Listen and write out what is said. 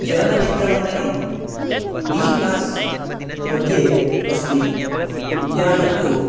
चलनचित्रमन्दिरं D class मध्ये अस्ति उद्यानन्तु